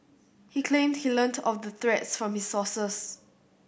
he claimed he learnt of the threats from his sources